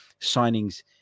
signings